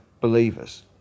believers